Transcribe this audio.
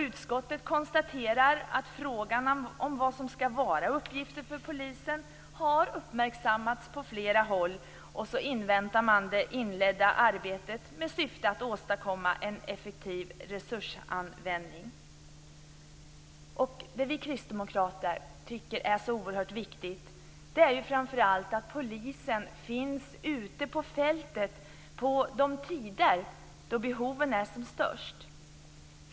Utskottet konstaterar att frågan om vad som skall vara uppgifter för polisen har uppmärksammats på flera håll, och man inväntar det inledda arbetet med syfte att åstadkomma en effektiv resursanvändning. Det vi kristdemokrater tycker är så oerhört viktigt är framför allt att polisen finns ute på fältet de tider då behoven är som störst.